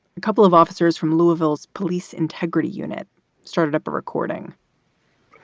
a couple of officers from louisville's police integrity unit started up a recording